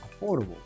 affordable